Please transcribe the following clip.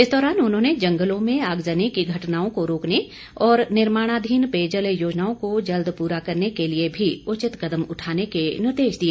इस दौरान उन्होंने जंगलों में आगजनी की घटनाओं को रोकने और निर्माणाधीन पेयजल योजनाओं को जल्द पूरा करने के लिए भी उचित कदम उठाने के निर्देश दिए